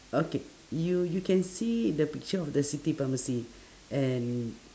okay you you can see the picture of the city pharmacy and